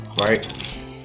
right